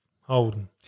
Holden